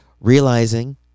realizing